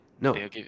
No